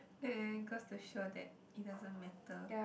then it goes to show that it doesn't matter